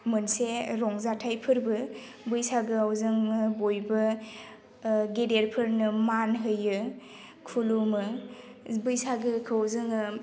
मोनसे रंजाथाइ फोरबो बैसागोआव जोङो बयबो गेदेरफोरनो मान होयो खुलुमो बैसागोखौ जोङो